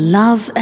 love